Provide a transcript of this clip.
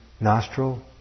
nostril